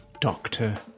doctor